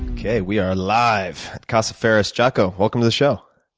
okay, we are live. casa ferriss. jocko, welcome to the show.